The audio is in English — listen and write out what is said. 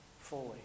fully